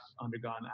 undergone